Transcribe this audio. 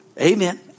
Amen